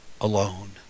alone